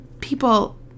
people